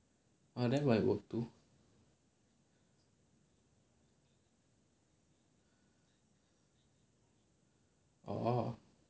!wah! that might work too orh